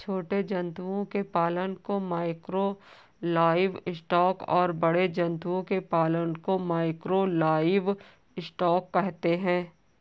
छोटे जंतुओं के पालन को माइक्रो लाइवस्टॉक और बड़े जंतुओं के पालन को मैकरो लाइवस्टॉक कहते है